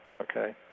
Okay